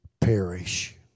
perish